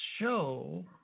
show